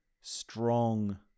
strong